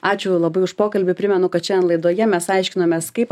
ačiū labai už pokalbį primenu kad šiandien laidoje mes aiškinomės kaip